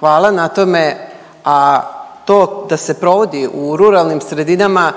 Hvala na tome, a to da se provodi u ruralnim sredinama